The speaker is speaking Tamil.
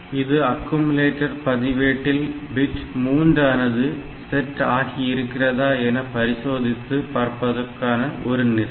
இது அக்குமுலேட்டர் பதிவேட்டில் பிட் 3 ஆனது செட் ஆகி இருக்கிறதா என பரிசோதித்து பார்ப்பதற்கான ஒரு நிரல்